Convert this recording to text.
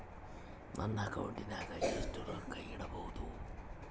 ನನ್ನ ಅಕೌಂಟಿನಾಗ ಎಷ್ಟು ರೊಕ್ಕ ಇಡಬಹುದು?